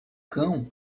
cão